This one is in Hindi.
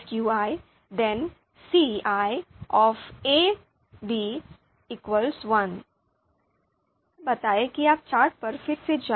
हमें बताएं कि आप चार्ट पर फिर से जाएं